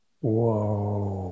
whoa